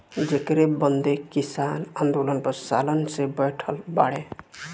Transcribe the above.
जेकरे बदे किसान आन्दोलन पर सालन से बैठल बाड़े